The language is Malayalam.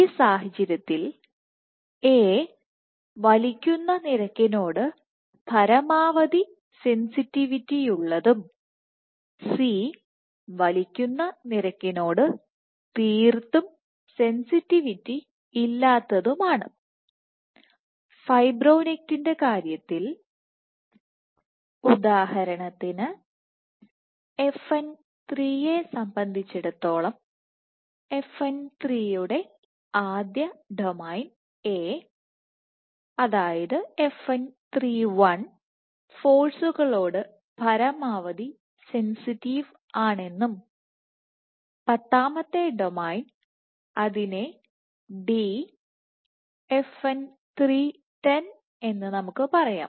ഈ സാഹചര്യത്തിൽ A വലിക്കുന്ന നിരക്കിനോട് പരമാവധി സെൻസിറ്റിവിറ്റിയുള്ളതും C വലിക്കുന്ന നിരക്കിനോട് തീർത്തും സെൻസിറ്റിവിറ്റി ഇല്ലാത്തതുമാണ് ഫൈബ്രോണെക്റ്റിന്റെ കാര്യത്തിൽ ഉദാഹരണത്തിന് F N 3 യെ സംബന്ധിച്ചിടത്തോളം F N 3 യുടെ ആദ്യ ഡൊമെയ്ൻA1 ഫോഴ്സുകളോട് പരമാവധി സെൻസിറ്റീവ് ആണെന്നും പത്താമത്തെ ഡൊമെയ്ൻ അതിനെ D 10എന്ന് നമുക്ക് പറയാം